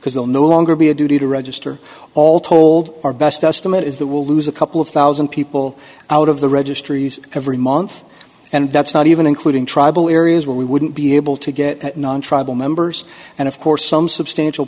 because they'll no longer be a duty to register all told our best estimate is that will lose a couple of thousand people out of the registries every month and that's not even including tribal areas where we wouldn't be able to get non tribal members and of course some substantial